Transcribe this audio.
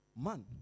man